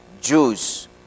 Jews